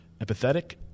empathetic